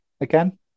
again